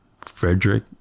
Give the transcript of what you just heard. Frederick